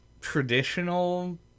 traditional